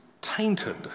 tainted